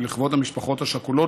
ולכבוד המשפחות השכולות,